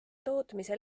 tootmise